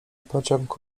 pociąg